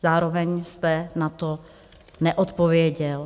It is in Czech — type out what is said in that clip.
Zároveň jste na to neodpověděl.